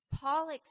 Paul